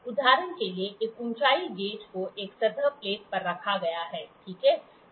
उदाहरण के लिए एक ऊंचाई गेज को एक सतह प्लेट पर रखा गया है ठीक है